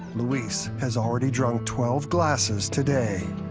luis has already drunk twelve glasses today.